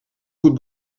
goed